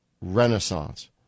renaissance